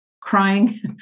crying